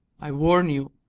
i warn you,